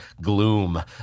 gloom